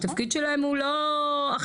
התפקיד שלהם הוא לא אכיפה,